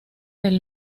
del